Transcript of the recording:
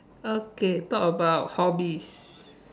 okay talk about hobbies